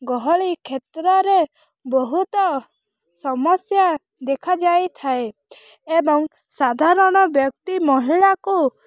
ଗହଳି କ୍ଷେତ୍ରରେ ବହୁତ ସମସ୍ୟା ଦେଖାଯାଇଥାଏ ଏବଂ ସାଧାରଣ ବ୍ୟକ୍ତି ମହିଳାକୁ